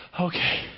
okay